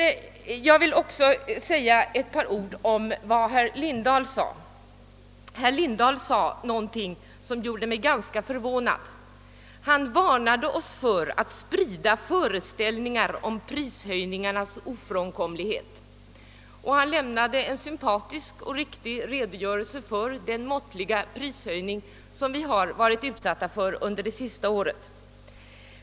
Jag vill också säga några ord med anledning av herr Lindahls anförande, eftersom han sade någonting som gjorde mig ganska förvånad. Han varnade oss för att sprida föreställningar om prishöjningarnas ofrånkomlighet och lämnade en sympatisk och riktig redogörelse för den måttliga prishöjning som vi varit utsatta för under det senaste året.